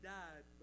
died